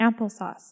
applesauce